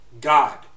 God